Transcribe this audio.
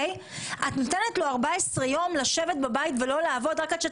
את נותנת לו 14 יום לשבת בבית ולא לעבוד עד שאת